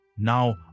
now